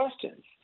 questions